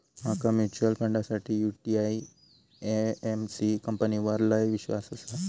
माका म्यूचुअल फंडासाठी UTI AMC कंपनीवर लय ईश्वास आसा